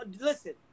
Listen